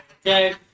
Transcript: Okay